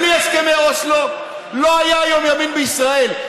בלי הסכמי אוסלו לא היה היום ימין בישראל.